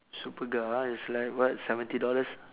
superga ah it's like what seventy dollars